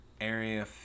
area